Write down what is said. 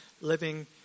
living